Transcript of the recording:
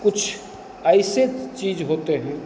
कुछ ऐसी चीज़ होते हैं